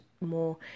more